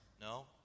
No